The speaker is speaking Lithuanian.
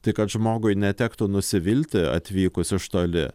tai kad žmogui netektų nusivilti atvykus iš toli